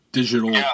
digital